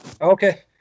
Okay